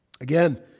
Again